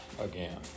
again